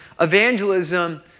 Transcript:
evangelism